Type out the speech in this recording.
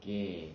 okay